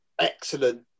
excellent